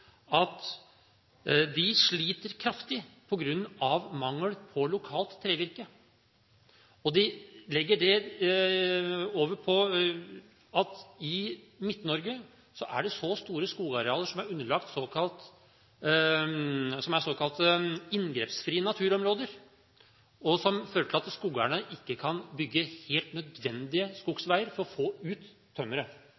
mangel på lokalt trevirke. De legger det over på at det i Midt-Norge er store skogarealer som er såkalte inngrepsfrie naturområder, og som fører til at skogeierne ikke kan bygge helt nødvendige